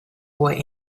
boy